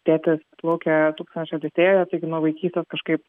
tėtis plaukė tūkstančio odisėjoje taigi nuo vaikystės kažkaip